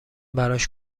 براش